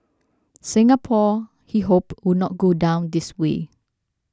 Singapore he hoped would not go down this way